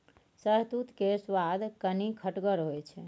शहतुत केर सुआद कनी खटगर होइ छै